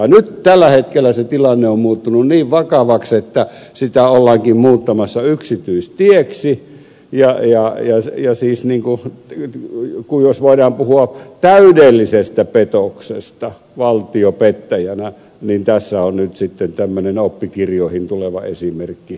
nyt tällä hetkellä se tilanne on muuttunut niin vakavaksi että sitä ollaankin muuttamassa yksityistieksi ja siis nin kohtaa tien yli jos voidaan puhua täydellisestä petoksesta valtio pettäjänä niin tässä on nyt sitten tämmöinen oppikirjoihin tuleva esimerkki kirjautumassa